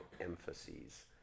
emphases